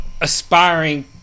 aspiring